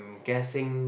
guessing